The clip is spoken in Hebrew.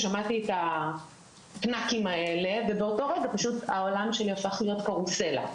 כששמעתי את הקנקים האלה באותו רגע העולם שלי הפך להיות קרוסלה.